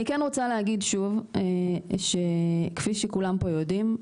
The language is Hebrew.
אני כן רוצה להגיד שוב שכפי שכולם פה יודעים,